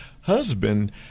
husband